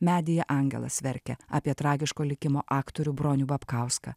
medyje angelas verkia apie tragiško likimo aktorių bronių babkauską